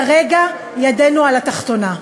וכרגע ידנו על התחתונה,